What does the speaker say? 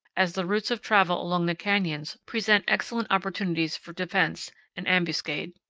as the routes of travel along the canyons present excellent opportunities for defense and ambuscade.